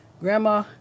Grandma